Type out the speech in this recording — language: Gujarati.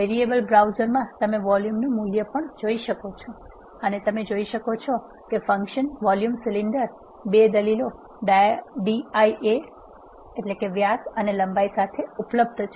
વેરીએબલ બ્રાઉઝરમાં તમે વોલ્યુમનું મૂલ્ય પણ જોઈ શકો છો અને તમે જોઈ શકો છો કે ફંક્શન વોલ્યુમ સિલિન્ડર બે દલીલો dia અને લંબાઈ સાથે ઉપલબ્ધ છે